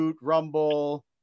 rumble